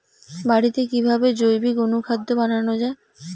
বাড়িতে কিভাবে জৈবিক অনুখাদ্য বানানো যায়?